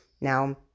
Now